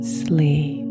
sleep